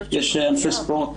יש ענפי ספורט